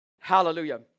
Hallelujah